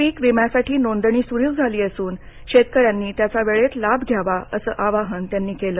पीक विम्यासाठी नोंदणी सुरु झाली असून शेतकऱ्यांनी त्याचा वेळेत लाभ घ्यावा असं आवाहन त्यांनी केलं